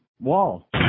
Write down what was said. wall